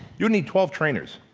you need twelve trainers.